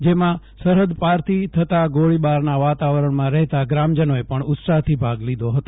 જેમાં સરહદ પારથી થતાં ગોળીબારના વાતાવરજ્ઞમાં રહેતા ગ્રામજનોએ પજ્ઞ ઉત્સાહથી ભાગ લીધો હતો